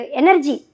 energy